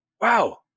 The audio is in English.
wow